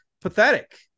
Pathetic